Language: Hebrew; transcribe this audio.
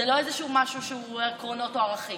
זה לא איזשהו משהו שהוא עקרונות או ערכים.